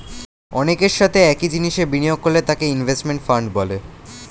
অনেকের সাথে একই জিনিসে বিনিয়োগ করলে তাকে ইনভেস্টমেন্ট ফান্ড বলে